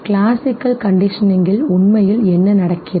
classical கண்டிஷனிங்கில் உண்மையில் என்ன நடக்கிறது